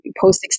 post